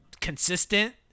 consistent